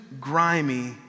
grimy